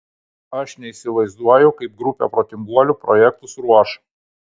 aš neįsivaizduoju kaip grupė protinguolių projektus ruoš